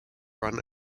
run